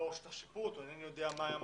שטח שיפוט או אינני יודע מה היה מעמדו,